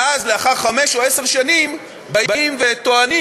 ואז לאחר חמש או עשר שנים באים וטוענים